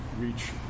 reach